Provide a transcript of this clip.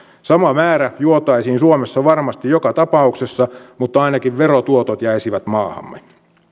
sama määrä juotaisiin suomessa varmasti joka tapauksessa mutta ainakin verotuotot jäisivät maahamme